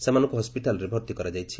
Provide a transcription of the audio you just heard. ସେମାନଙ୍କୁ ହସ୍କିଟାଲ୍ରେ ଭର୍ତ୍ତି କରାଯାଇଛି